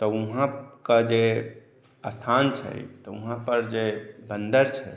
तऽ उहाँ के जे स्थान छै तऽ वहाँ पर जे बन्दर छै